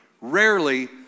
Rarely